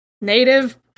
native